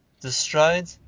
destroyed